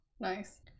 Nice